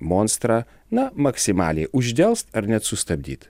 monstrą na maksimaliai uždelst ar net sustabdyt